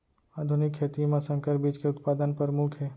आधुनिक खेती मा संकर बीज के उत्पादन परमुख हे